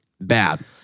bad